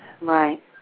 right